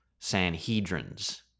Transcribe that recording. Sanhedrins